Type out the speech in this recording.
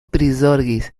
prizorgis